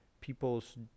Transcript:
people's